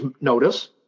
notice